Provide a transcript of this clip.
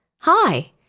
Hi